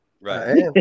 Right